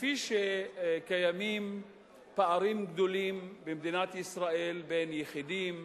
כפי שקיימים פערים גדולים במדינת ישראל בין יחידים,